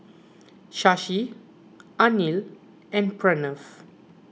Shashi Anil and Pranav